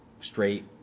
straight